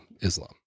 Islam